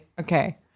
okay